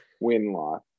win-loss